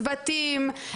צוותים,